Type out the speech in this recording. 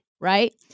right